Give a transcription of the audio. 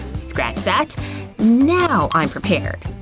scratch that now i'm prepared.